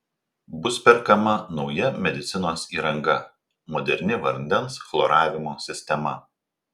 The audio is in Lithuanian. bus perkama nauja medicinos įranga moderni vandens chloravimo sistema